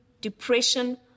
depression